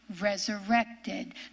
resurrected